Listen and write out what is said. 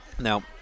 Now